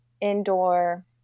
indoor